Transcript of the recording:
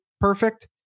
perfect